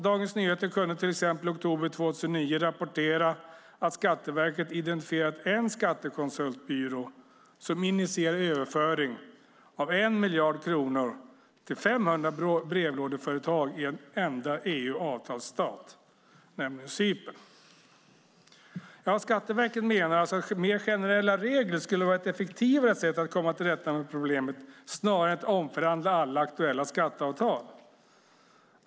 Dagens Nyheter kunde till exempel i oktober 2009 rapportera att Skatteverket identifierat en skattekonsultbyrå som initierat överföring av 1 miljard kronor till 500 brevlådeföretag i en enda EU och avtalsstat, nämligen Cypern. Skatteverket menar att mer generella regler skulle vara ett effektivare sätt att komma till rätta med problemet, snarare än att omförhandla alla aktuella skatteavtal.